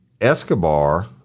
Escobar